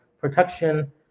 protection